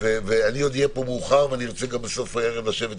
אני אהיה פה עד מאוחר ואני ארצה גם לשבת איתך,